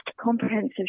comprehensive